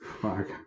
Fuck